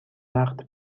وقت